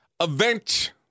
event